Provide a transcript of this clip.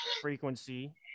frequency